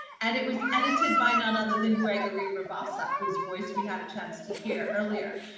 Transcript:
and it was edited by none other than gregory rabassa, whose voice we had a chance to hear earlier.